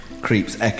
Creeps